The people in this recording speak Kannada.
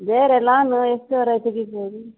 ಬೇರೆ ಲೋನ್ ಎಷ್ಟರವರೆಗೆ ತೆಗಿಬೌದು